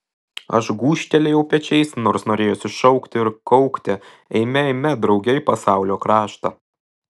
aš gūžtelėjau pečiais nors norėjosi šaukti ir kaukti eime eime drauge į pasaulio kraštą